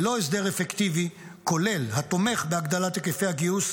ללא הסדר אפקטיבי כולל התומך בהגדלת היקפי הגיוס,